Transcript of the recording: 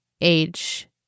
age